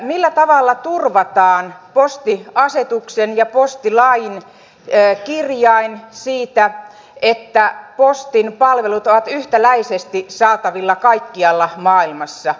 millä tavalla turvataan postiasetuksen ja postilain kirjain siitä että postin palvelut ovat yhtäläisesti saatavilla kaikkialla maailmassa